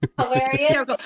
Hilarious